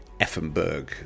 Effenberg